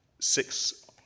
six